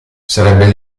sarebbe